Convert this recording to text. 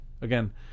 again